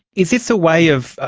is this a way of,